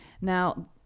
Now